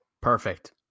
Perfect